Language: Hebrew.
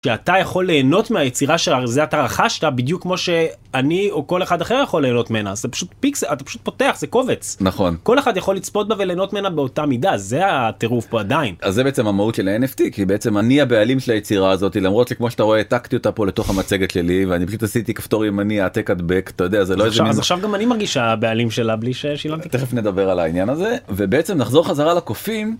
אתה יכול ליהנות מייצירה שלך זה עתה רכשת בדיוק כמו שאני או כל אחד אחר יכול להנות ממנה זה פשוט פיקסל אתה פשוט פותח זה קובץ נכון כל אחד יכול לצפות בו ולנות ממנה באותה מידה זה הטירוף עדיין אז זה בעצם המהות של נפטי כי בעצם אני הבעלים של היצירה הזאתי למרות שאתה רואה את העתקתי אותה פה לתוך המצגת שלי ואני פשוט עשיתי כפתור ימני העתק הדבק אתה יודע זה לא איזה, אז עכשיו גם אני מרגיש הבעלים שלה בלי ששילמת, תכף נדבר על העניין הזה ובעצם נחזור חזרה לקופים.